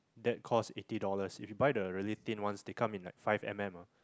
that costs eighty dollars if you buy the really thin ones they come in like five M_M ah